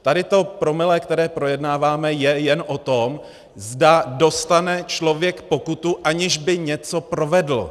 Tady to promile, které projednáváme, je jen o tom, zda dostane člověk pokutu, aniž by něco provedl.